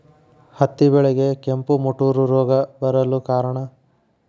ಹತ್ತಿ ಬೆಳೆಗೆ ಕೆಂಪು ಮುಟೂರು ರೋಗ ಬರಲು ಕಾರಣ?